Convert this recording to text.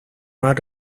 más